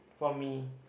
for me